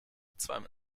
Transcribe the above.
zweimal